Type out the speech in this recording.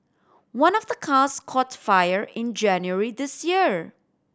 one of the cars caught fire in January this year